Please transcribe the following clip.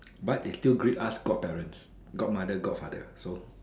but they still greet us god parents god mother god father so